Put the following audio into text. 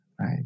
right